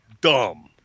dumb